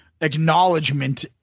acknowledgement